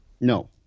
No